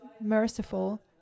merciful